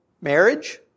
marriage